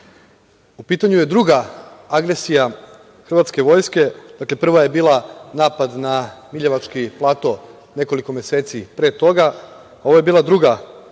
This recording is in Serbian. pitanju je druga agresija hrvatske vojske. Dakle, prva je bila napad na Miljevački plato nekoliko meseci pre toga. Ovo je bila druga agresija